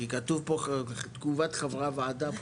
כי כתוב פה "תגובת חברי הוועדה".